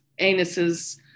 anuses